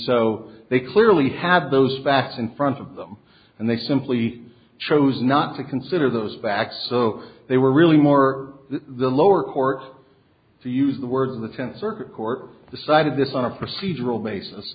so they clearly have those facts in front of them and they simply chose not to consider those facts so they were really more the lower court to use the word in the tenth circuit court decided this on a procedural basis